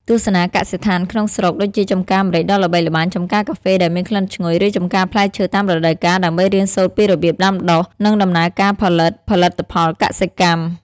ទស្សនាកសិដ្ឋានក្នុងស្រុក ដូចជាចម្ការម្រេចដ៏ល្បីល្បាញ ចម្ការកាហ្វេដែលមានក្លិនឈ្ងុយ ឬចម្ការផ្លែឈើតាមរដូវកាល ដើម្បីរៀនសូត្រពីរបៀបដាំដុះ និងដំណើរការផលិតផលិតផលកសិកម្ម។